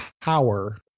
power